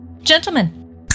Gentlemen